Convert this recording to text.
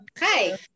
Hi